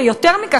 ויותר מכך,